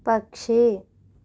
పక్షి